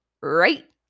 right